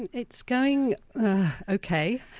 and it's going okay,